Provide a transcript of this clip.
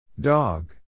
Dog